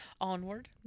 Onward